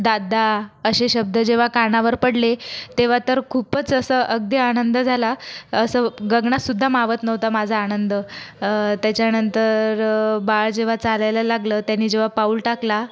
दादा असे शब्द जेव्हा कानावर पडले तेव्हा तर खूपच असं अगदी आनंद झाला असं गगनातसुद्धा मावत नव्हता माझा आनंद त्याच्यानंतर बाळ जेव्हा चालायला लागलं त्यांनी जेव्हा पाऊल टाकला